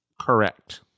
correct